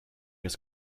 his